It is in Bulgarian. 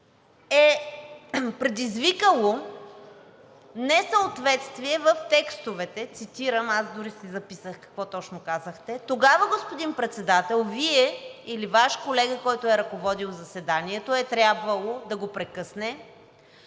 „е предизвикало несъответствие в текстовете“ – цитирам, аз дори си записах какво точно казахте. Тогава, господин Председател, Вие или Ваш колега, който е ръководил заседанието, е трябвало да го прекъсне,